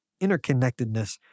interconnectedness